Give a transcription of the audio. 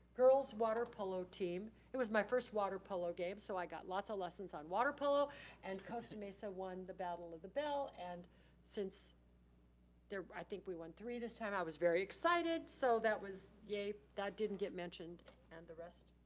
girls' water polo team. it was my first water polo game so i got lots of lessons on water polo and costa mesa won the battle of the bell and since i think we won three this time. i was very excited so that was yay, that didn't get mentioned and the rest.